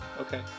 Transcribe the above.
Okay